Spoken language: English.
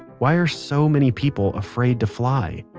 why are so many people afraid to fly?